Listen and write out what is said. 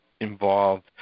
involved